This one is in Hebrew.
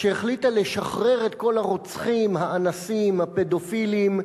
שהחליטה לשחרר את כל הרוצחים, האנסים, הפדופילים,